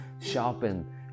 shopping